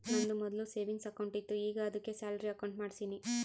ನಂದು ಮೊದ್ಲು savings account ಇತ್ತು ಈಗ ಆದ್ದುಕೆ ಸ್ಯಾಲರಿ ಅಕೌಂಟ್ ಮಾಡ್ಸಿನಿ